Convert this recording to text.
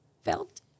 felt